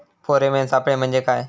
Pheromone सापळे म्हंजे काय?